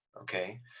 okay